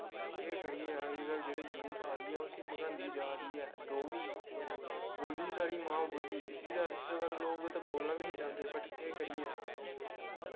केह् करिये अज्जकल जेह्ड़ा यूथ आ दी ओह् उसी मकांदी जा दी ऐ डोगरी बोली साढ़ी मां बोली इसी ते अज्जकल लोक ते बोलना बी नेईं चांह्दे बट केह् करिये